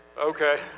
Okay